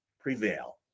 prevail